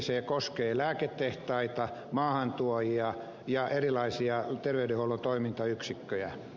se koskee lääketehtaita maahantuojia ja erilaisia terveydenhuollon toimintayksikköjä